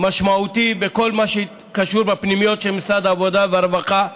משמעותי בכל מה שקשור בפנימיות של משרד העבודה והרווחה.